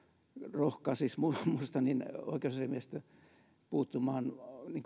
rohkaisisi minusta oikeusasiamiestä puuttumaan